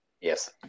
Yes